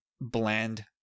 bland